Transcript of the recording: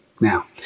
Now